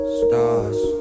stars